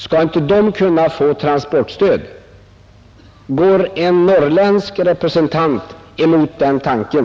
Skall inte de kunna få transportstöd? Går en norrländsk representant emot den tanken?